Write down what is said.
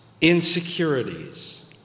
insecurities